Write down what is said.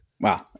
Wow